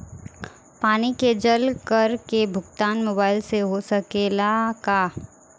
पानी के जल कर के भुगतान मोबाइल से हो सकेला का?